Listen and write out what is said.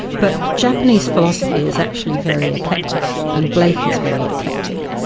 but japanese philosophy is actually very eclectic and blake is very eclectic.